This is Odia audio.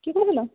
କିଏ କହୁଥିଲ